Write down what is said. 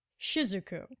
Shizuku